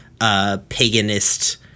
paganist